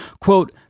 quote